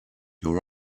your